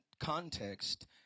context